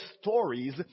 stories